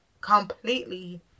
completely